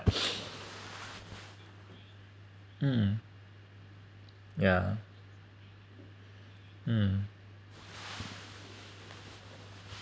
um yeah mm